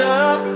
up